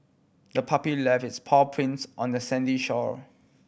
the puppy left its paw prints on the sandy shore